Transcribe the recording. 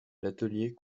l’atelier